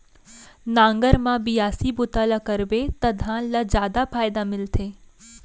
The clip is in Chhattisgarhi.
नांगर म बियासी बूता ल करबे त धान ल जादा फायदा मिलथे